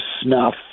snuff